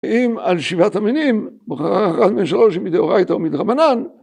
‫אם על שבעת המינים, ‫מוכרח אחד משלוש מדאורייתא או מדרבנן...